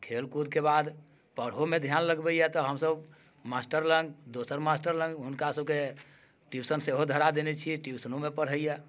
खेलकूदके बाद पढ़होमे ध्यान लगबैया तऽ हमसभ मास्टर लग दोसर मास्टर लग हुनका सभकेँ ट्यूशन सेहो धरा देने छियै ट्यूशनोमे पढ़ैया